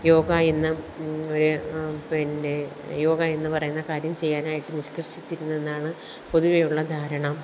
യോഗ എന്ന ഒരു പിന്നെ യോഗ എന്നുപറയുന്ന കാര്യം ചെയ്യാനായിട്ട് നിഷ്കര്ഷിച്ചിരുന്നതെന്നാണ് പൊതുവേയുള്ള ധാരണ